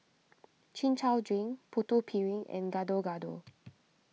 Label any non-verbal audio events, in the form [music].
[noise] Chin Chow Drink Putu Piring and Gado Gado